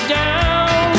down